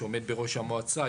שעומד בראש המועצה,